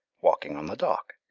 walking on the dock.